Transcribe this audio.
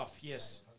Yes